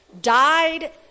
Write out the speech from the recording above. died